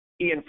Ian